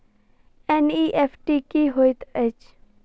NEFT की होइत अछि?